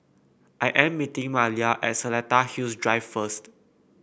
I am meeting Maleah at Seletar Hills Drive first